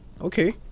Okay